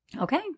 Okay